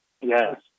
Yes